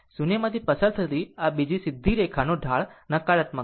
શૂન્યમાંથી પસાર થતી આ સીધી બીજી સીધી રેખાનો ઢાળ નકારાત્મક છે